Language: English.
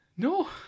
No